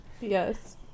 Yes